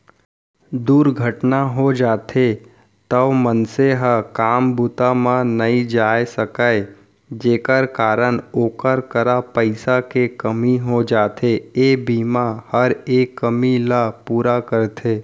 दुरघटना हो जाथे तौ मनसे ह काम बूता म नइ जाय सकय जेकर कारन ओकर करा पइसा के कमी हो जाथे, ए बीमा हर ए कमी ल पूरा करथे